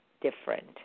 different